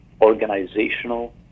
Organizational